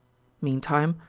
meantime,